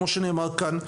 כמו שנאמר כאן,